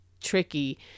tricky